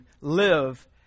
live